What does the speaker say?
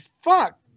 fuck